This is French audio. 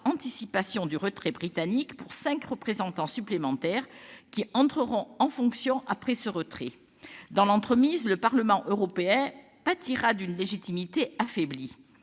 anticipation du retrait britannique pour cinq représentants supplémentaires, qui entreront en fonction après ce retrait. Dans l'intervalle, le Parlement européen pâtira d'une légitimité affaiblie.